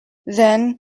then